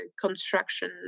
construction